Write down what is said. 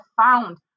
found